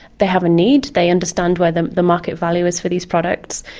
they have a need, they understand where the the market value is for these products,